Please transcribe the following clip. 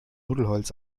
nudelholz